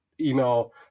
email